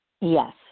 Yes